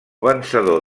vencedor